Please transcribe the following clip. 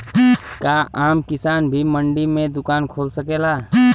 का आम किसान भी मंडी में दुकान खोल सकेला?